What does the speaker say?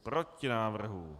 Proti návrhu.